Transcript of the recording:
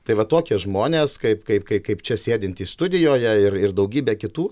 tai va tokie žmonės kaip kaip kaip čia sėdintys studijoje ir ir daugybė kitų